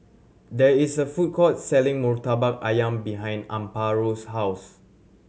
there is a food court selling Murtabak Ayam behind Amparo's house